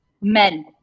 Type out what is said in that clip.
Men